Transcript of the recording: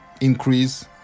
increase